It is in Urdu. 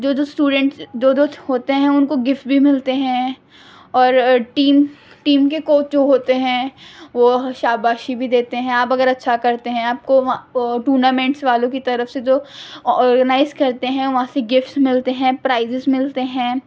دو دو اسٹوڈینٹس دو دو ہوتے ہیں ان کو گفٹ بھی ملتے ہیں اور ٹیم ٹیم کے کوچ جو ہوتے ہیں وہ شاباشی بھی دیتے ہیں آپ اگر اچھا کرتے ہیں آپ کو واں ٹورنامنٹس والوں کی طرف سے جو ارگنائز کرتے ہیں وہاں سے گفٹس ملتے ہیں پرائزیز ملتے ہیں